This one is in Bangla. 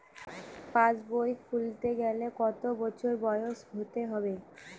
পাশবই খুলতে গেলে কত বছর বয়স হতে হবে?